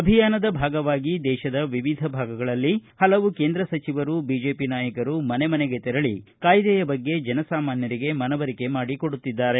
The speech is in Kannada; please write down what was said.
ಅಭಿಯಾನದ ಭಾಗವಾಗಿ ದೇಶದ ವಿವಿಧ ಭಾಗಗಳಲ್ಲಿ ಹಲವು ಕೇಂದ್ರ ಸಚಿವರು ಬಿಜೆಪಿ ನಾಯಕರು ಮನೆ ಮನೆಗೆ ತೆರಳಿ ಕಾಯ್ದೆಯ ಬಗ್ಗೆ ಜನಸಾಮಾನ್ವರಿಗೆ ಮನವರಿಕೆ ಮಾಡಿಕೊಡುತ್ತಿದ್ದಾರೆ